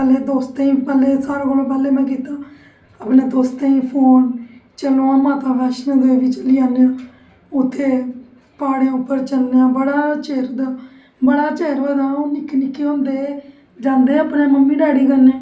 पैहलें दोस्तें पैहलें सारे कोला पैहलें में कीता अपने दोस्तें गी फोन चलो हां माता बैष्णो देवी चली जन्ने आं उत्थै प्हाडे़ं उप्पर चलने आं बड़ा चिर दा बड़ा चिर होए दा हून निक्के निक्के होंदे हे जंदे हे अपने मम्मी डैडी कन्नै